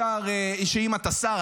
שאם אתה שר,